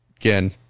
again